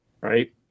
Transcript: Right